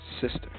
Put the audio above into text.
sister